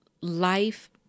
life